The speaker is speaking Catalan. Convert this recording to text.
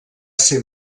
ser